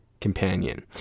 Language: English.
companion